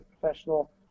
professional